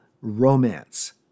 romance